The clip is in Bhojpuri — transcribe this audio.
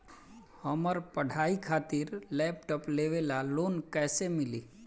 हमार पढ़ाई खातिर लैपटाप लेवे ला लोन कैसे मिली?